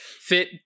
fit